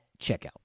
checkout